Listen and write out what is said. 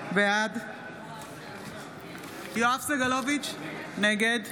בעד יואב סגלוביץ' נגד